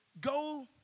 go